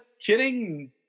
kidding